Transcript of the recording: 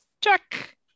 check